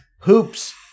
hoops